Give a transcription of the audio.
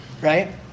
right